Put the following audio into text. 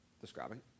describing